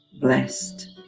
Blessed